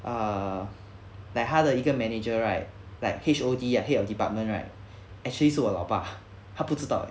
err like 他的一个 manager right like H_O_D ah head of department right actually 是我老爸他不知道